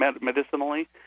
Medicinally